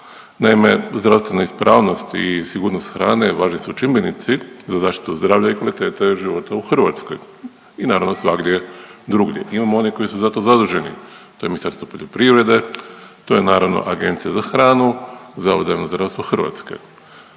Naime, zdravstvena ispravnost i sigurnost hrane važni su čimbenici za zaštitu zdravlja i kvalitete života u Hrvatskoj i naravno svagdje drugdje. Imamo one koji su za to zaduženi to je Ministarstvo poljoprivrede, to je naravno Agencija za hranu, Zavod za javno zdravstvo Hrvatske.